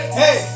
hey